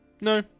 No